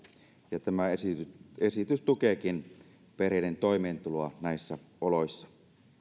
ja tämä esitys esitys tukeekin perheiden toimeentuloa näissä oloissa